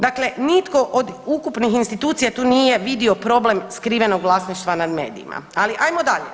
Dakle, nitko od ukupnih institucija tu nije vidio problem skrivenog vlasništva nad medijima, ali ajmo dalje.